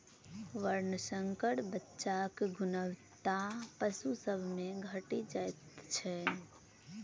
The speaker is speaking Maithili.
वर्णशंकर बच्चाक गुणवत्ता पशु सभ मे घटि जाइत छै